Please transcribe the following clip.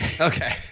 Okay